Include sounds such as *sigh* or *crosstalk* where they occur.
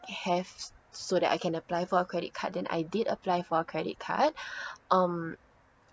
have so that I can apply for a credit card then I did apply for a credit card *breath* um